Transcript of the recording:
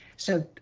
so,